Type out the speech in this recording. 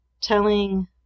telling